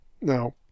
Now